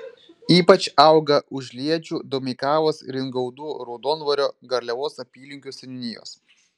ypač auga užliedžių domeikavos ringaudų raudondvario garliavos apylinkių seniūnijos